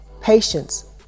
patience